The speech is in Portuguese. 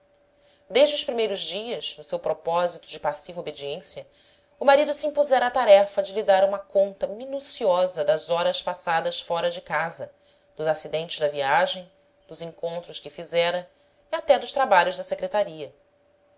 desde os primeiros dias no seu propósito de passiva obediên cia o marido se impusera a tarefa de lhe dar uma conta minucio sa das horas passadas fora de casa dos acidentes da viagem dos encontros que fizera e até dos trabalhos da secretaria